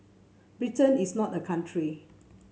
Britain is not a country